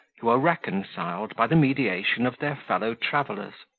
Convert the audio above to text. who are reconciled by the mediation of their fellow-travellers.